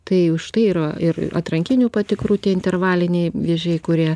tai už tai yra ir atrankinių patikrų tie intervaliniai vėžiai kurie